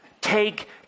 Take